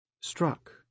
Struck